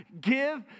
Give